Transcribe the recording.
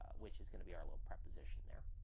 which is going to be our little preposition there,